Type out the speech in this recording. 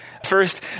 First